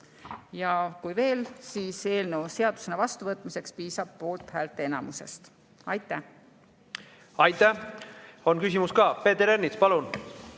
Ja veel: eelnõu seadusena vastuvõtmiseks piisab poolthäälteenamusest. Aitäh! Aitäh! On küsimus ka. Peeter Ernits, palun!